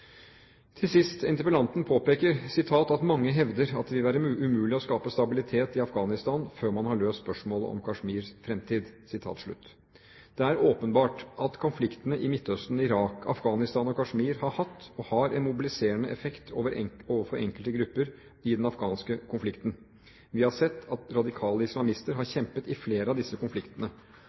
Til sist: Interpellanten påpeker at mange hevder at «det vil være umulig å skape stabilitet i Afghanistan før man har løst spørsmålet om Kashmirs framtid». Det er åpenbart at konfliktene i Midtøsten, Irak, Afghanistan og Kashmir har hatt, og har, en mobiliserende effekt overfor enkelte grupper i den afghanske konflikten. Vi har sett at radikale islamister har kjempet i flere av disse konfliktene.